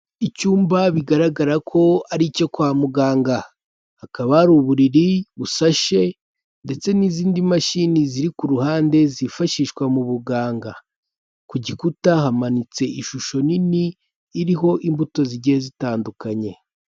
Icyumba bigaragara ko ari icyo kwa muganga, hakaba hari uburiri busashe ndetse n'izindi mashini ziri ku ruhande zifashishwa mu buganga, ku gikuta hamanitse ishusho nini iriho imbuto zigiye zitandukanye.